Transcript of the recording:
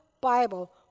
Bible